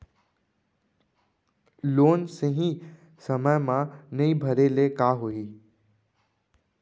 Loan सही समय मा नई भरे ले का होही?